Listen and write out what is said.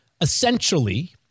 essentially